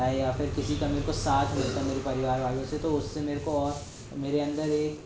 या फिर किसी का मुझको साथ मिलता है मेरे परिवार वालों से तो उससे मुझको और मेरे अंदर एक